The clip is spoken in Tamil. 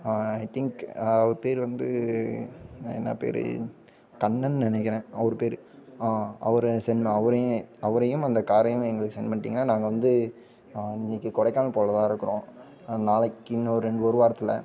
ஐ திங்க் அவர் பெயரு வந்து என்ன பெயரு கண்ணன்னு நினைக்கிறேன் அவர் பெயரு அவரை செண்ட் அவரையும் அவரையும் அந்த காரையும் எங்களுக்கு செண்ட் பண்ணிட்டிங்கன்னா நாங்கள் வந்து இன்றைக்கி கொடைக்கானல் போகிறதா இருக்கிறோம் நாளைக்கு இன்னும் ஒரு ரெண்டு ஒரு வாரத்தில்